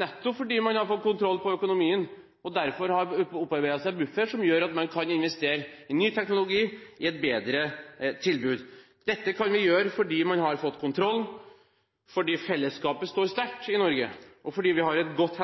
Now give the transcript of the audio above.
nettopp fordi man har fått kontroll med økonomien og derfor har opparbeidet seg en buffer som gjør at man kan investere i ny teknologi, i et bedre tilbud. Dette kan man gjøre fordi man har fått kontroll, fordi fellesskapet står sterkt i Norge og fordi vi har et godt